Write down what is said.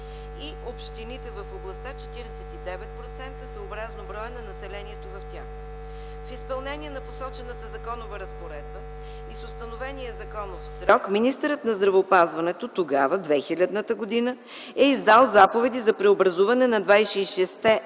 и общините в областта - 49%, съобразно броя на населението в тях. В изпълнение на посочената законова разпоредба и с установения законов срок министърът на здравеопазването тогава, през 2000 г., е издал заповеди за преобразуване на 26-те